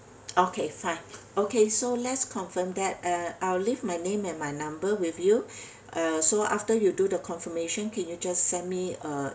okay fine okay so let's confirm that uh I'll leave my name and my number with you uh so after you do the confirmation can you just send me a